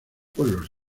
pueblos